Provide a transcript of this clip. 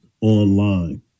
online